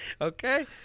Okay